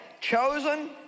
Chosen